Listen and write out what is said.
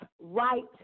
right